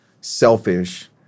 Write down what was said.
selfish